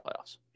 playoffs